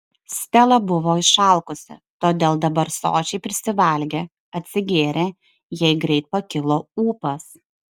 stela buvo išalkusi todėl dabar sočiai prisivalgė atsigėrė jai greit pakilo ūpas